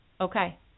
Okay